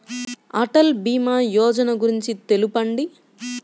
అటల్ భీమా యోజన గురించి తెలుపండి?